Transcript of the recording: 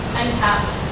untapped